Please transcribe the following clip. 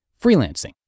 freelancing